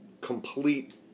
complete